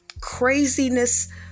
craziness